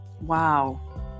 Wow